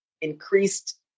increased